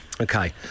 okay